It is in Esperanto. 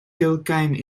kelkajn